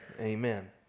Amen